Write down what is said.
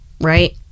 Right